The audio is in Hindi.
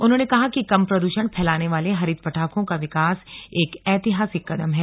उन्होंने कहा कि कम प्रदूषण फैलाने वाले हरित पटाखों का विकास एक ऐतिहासिक कदम है